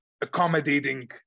accommodating